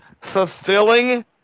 fulfilling